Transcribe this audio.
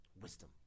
wisdom